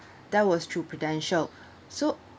that was true prudential so